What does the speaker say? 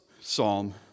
Psalm